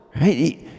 right